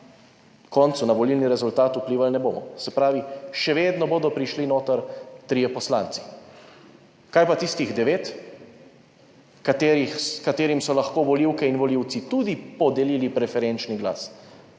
koncu na volilni rezultat vplivali ne bomo. Se pravi, še vedno bodo prišli noter trije poslanci. Kaj pa tistih devet katerim so lahko volivke in volivci tudi podelili preferenčni glas?